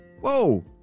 Whoa